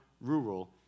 rural